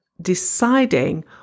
deciding